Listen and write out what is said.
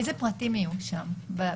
איזה פרטים של הנפגעת יהיו שם בתיק?